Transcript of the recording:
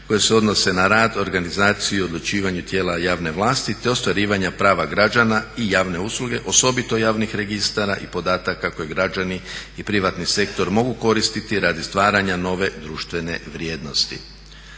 koje se odnose na rad, organizaciju, odlučivanje tijela javne vlasti, te ostvarivanje prava građana i javne usluge osobito javnih registara i podataka koje građani i privatni sektor mogu koristiti radi stvaranja nove društvene vrijednosti.